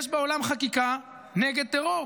יש בעולם חקיקה נגד טרור,